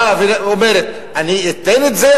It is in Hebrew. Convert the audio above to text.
באה ואומרת: אני אתן את זה,